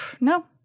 no